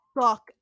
fuck